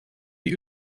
die